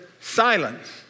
silence